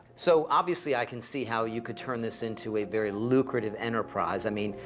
so, obviously, i can see how you could turn this into a very lucrative enterprise. i mean,